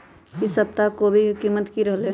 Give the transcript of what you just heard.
ई सप्ताह कोवी के कीमत की रहलै?